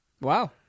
Wow